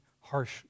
harsh